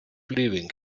leaving